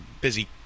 busy